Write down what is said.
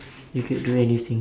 you could do anything